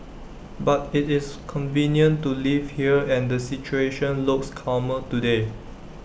but IT is convenient to live here and the situation looks calmer today